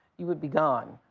you would be gone.